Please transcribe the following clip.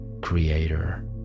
creator